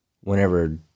whenever